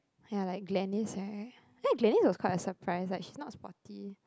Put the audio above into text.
ya like Glenis [right] ya Glenis was quite a surprise like she's not sporty